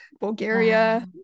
Bulgaria